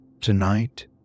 Tonight